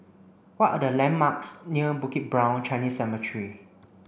what are the landmarks near Bukit Brown Chinese Cemetery